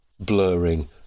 Blurring